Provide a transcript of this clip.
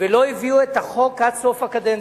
ולא הביאו את החוק עד סוף הקדנציה.